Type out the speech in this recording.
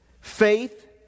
faith